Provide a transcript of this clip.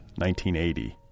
1980